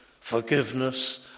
Forgiveness